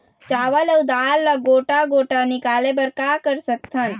चावल अऊ दाल ला गोटा गोटा निकाले बर का कर सकथन?